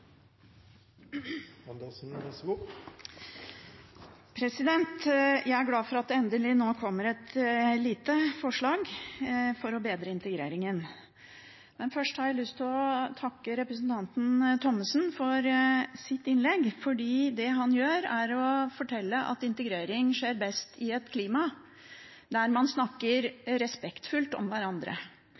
glad for at det nå endelig kommer et lite forslag for å bedre integreringen. Men først har jeg lyst til å takke representanten Thommessen for hans innlegg, for det han gjør, er å fortelle at integrering skjer best i et klima der man snakker respektfullt om hverandre,